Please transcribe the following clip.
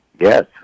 Yes